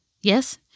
yes